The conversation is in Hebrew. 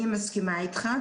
אני מסכימה איתך.